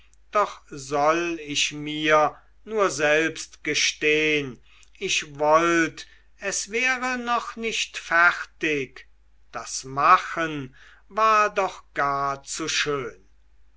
doch soll ich mir nur selbst gestehn ich wollt es wäre noch nicht fertig das machen war doch gar zu schön